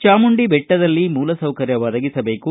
ಚಾಮುಂಡಿ ಬೆಟ್ಟದಲ್ಲಿ ಮೂಲಸೌಕರ್ಯ ಒದಗಿಸಬೇಕು